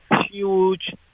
huge